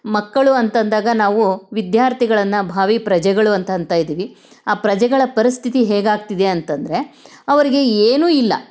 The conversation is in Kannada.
ಮಕ್ಕಳು ಅಂತಂದಾಗ ನಾವು ವಿದ್ಯಾರ್ಥಿಗಳನ್ನು ಭಾವಿ ಪ್ರಜೆಗಳು ಅಂತ ಅಂತ ಇದ್ದೀವಿ ಆ ಪ್ರಜೆಗಳ ಪರಿಸ್ಥಿತಿ ಹೇಗಾಗುತ್ತಿದೆ ಅಂತಂದರೆ ಅವರಿಗೆ ಏನೂ ಇಲ್ಲ